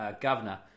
Governor